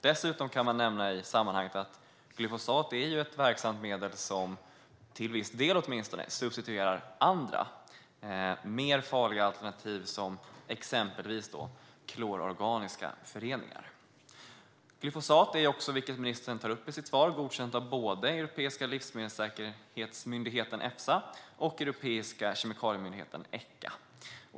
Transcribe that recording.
Dessutom kan man nämna i sammanhanget att glyfosat är ett verksamt medel som, åtminstone till viss del, substituerar andra, mer farliga alternativ som exempelvis klororganiska föreningar. Glyfosat är också, vilket ministern tar upp i sitt svar, godkänt av både Europeiska myndigheten för livsmedelssäkerhet, Efsa, och Europeiska kemikaliemyndigheten, Echa.